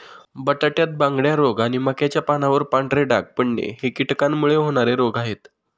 बटाट्यात बांगड्या रोग आणि मक्याच्या पानावर पांढरे डाग पडणे हे कीटकांमुळे होणारे रोग आहे